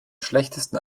schlechtesten